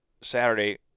Saturday